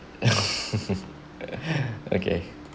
okay